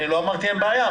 לא אמרתי שאין בעיה.